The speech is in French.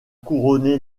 couronné